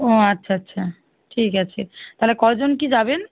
ও আচ্ছা আচ্ছা ঠিক আছে তাহলে কজন কী যাবেন